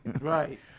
Right